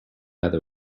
other